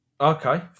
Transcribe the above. Okay